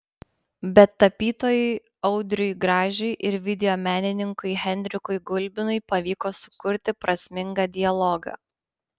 bet tapytojui audriui gražiui ir videomenininkui henrikui gulbinui pavyko sukurti prasmingą dialogą